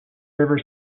river